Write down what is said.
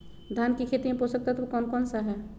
धान की खेती में पोषक तत्व कौन कौन सा है?